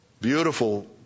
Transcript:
beautiful